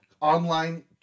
online